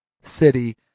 city